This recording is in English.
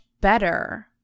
better